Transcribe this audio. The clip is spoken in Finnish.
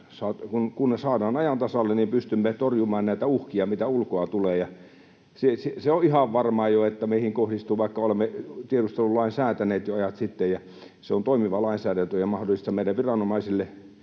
saadaan ajan tasalle, pystymme torjumaan näitä uhkia, mitä ulkoa tulee. Se on ihan varmaa jo, että meihin kohdistuu, vaikka olemme tiedustelulain säätäneet jo ajat sitten ja se on toimiva lainsäädäntö ja mahdollistaa meidän viranomaisille